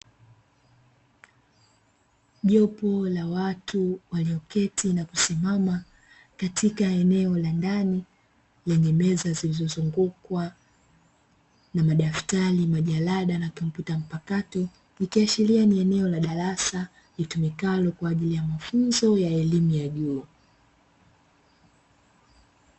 Jopo la watu walioketi na kusimama katika eneo la ndani lenye meza zilizozungukwa na madaftari, majarada na kompyuta mpakato ikiashiria ni eneo la darasa litumikalo kwa ajili ya mafunzo ya elimu ya juu.